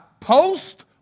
post